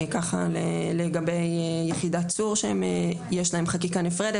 ככה לגבי יחידת צור שיש להם חקיקה נפרדת